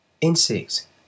insects